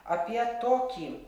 apie tokį